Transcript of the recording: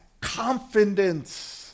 confidence